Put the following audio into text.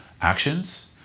actions